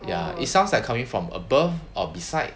ya it sounds like coming from above or beside